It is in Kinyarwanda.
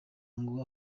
ngo